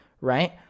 right